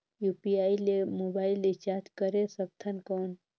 UPI ले mobile recharge करे सकथन कौन?